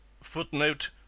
Footnote